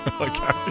Okay